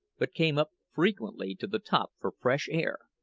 but came up frequently to the top for fresh air,